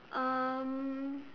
um